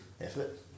effort